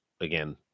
again